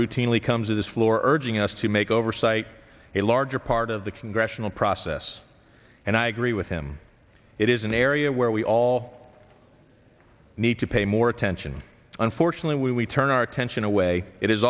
routinely comes to this floor urging us to make oversight a larger part of the congressional process and i agree with him it is an area where we all need to pay more attention unfortunately we turn our attention away it is